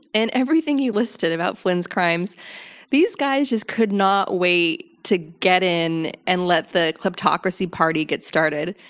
and everything you listed about flynn's crimes these guys just could not wait to get in and let the kleptocracy party get started.